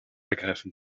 ergreifen